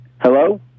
Hello